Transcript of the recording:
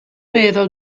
meddwl